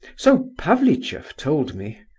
so pavlicheff told me.